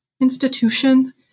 institution